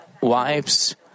wives